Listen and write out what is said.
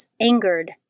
angered